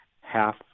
half